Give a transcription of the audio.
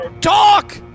Talk